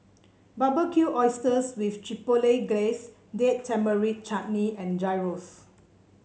Barbecued Oysters with Chipotle Glaze Date Tamarind Chutney and Gyros